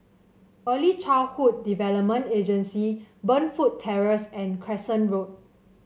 Early Childhood Development Agency Burnfoot Terrace and Crescent Road